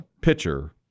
pitcher